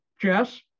Jess